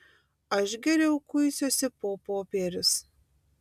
aš geriau kuisiuosi po popierius